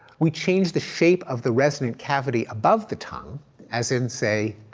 we change the shape of the resonant cavity above the tongue as in say,